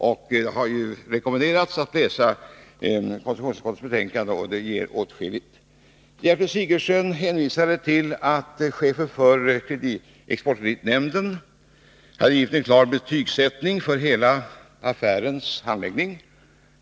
Vi har ju rekommenderats att läsa konstitutionsut — I anka skottets betänkande, och det ger åtskilligt. Gertrud Sigurdsen hänvisade till att chefen för exportkreditnämnden hade gjort en klar betygsättning av hela affärens handläggning.